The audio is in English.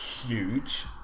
huge